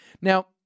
Now